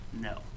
No